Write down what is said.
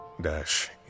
Dash